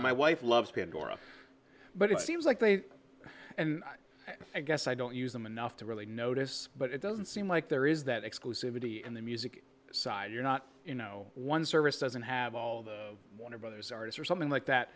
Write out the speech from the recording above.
my wife loves pandora but it seems like they and i guess i don't use them enough to really notice but it doesn't seem like there is that exclusivity and the music side you're not you know one service doesn't have all the warner brothers artist or something like that